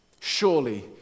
Surely